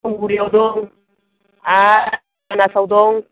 अगुरियाव दं आरो मानासआव दं